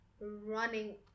running